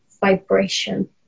vibration